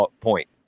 point